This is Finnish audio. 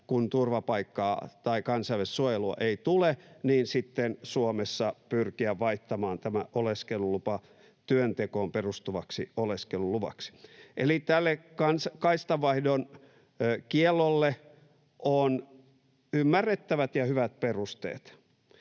kun turvapaikkaa tai kansainvälistä suojelua ei tule, vaihtamaan tämä oleskelulupa työntekoon perustuvaksi oleskeluluvaksi. Eli tälle kaistanvaihdon kiellolle on ymmärrettävät ja hyvät perusteet.